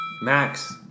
Max